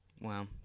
Wow